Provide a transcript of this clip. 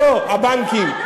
לא, הבנקים.